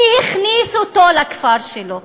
מי הכניס אותו לכפר שלו?